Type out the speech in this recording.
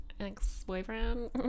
Ex-boyfriend